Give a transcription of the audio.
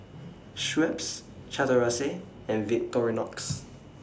Schweppes Chateraise and Victorinox